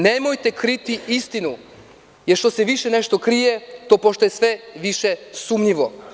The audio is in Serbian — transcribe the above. Nemojte kriti istinu, jer što se nešto više krije to postaje sve više sumnjivo.